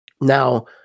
Now